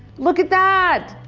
look at that.